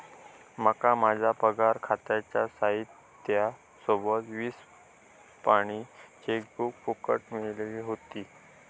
माका माझ्या पगार खात्याच्या साहित्या सोबत वीस पानी चेकबुक फुकट मिळाली व्हती